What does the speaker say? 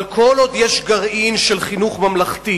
אבל כל עוד יש גרעין של חינוך ממלכתי,